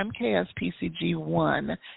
mkspcg1